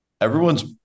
Everyone's